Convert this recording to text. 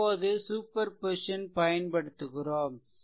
இப்போது சூப்பர்பொசிசன் பயன்படுத்துகிறோம்